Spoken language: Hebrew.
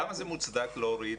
למה זה מוצדק להוריד.